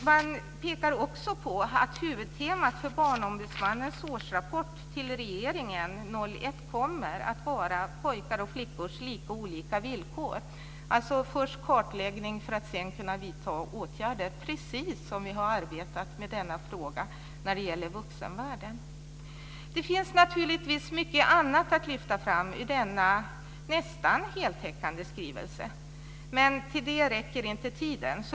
Man pekar också på att huvudtemat för Barnombudsmannens årsrapport till regeringen 2001 kommer att vara pojkars och flickors lika och olika villkor. Först sker alltså en kartläggning för att man sedan ska kunna vidta åtgärder, precis som vi har arbetat med denna fråga när det gäller vuxenvärlden. Det finns naturligtvis mycket annat att lyfta fram i denna, nästan heltäckande skrivelse. Till det räcker dock inte tiden.